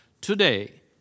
Today